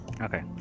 okay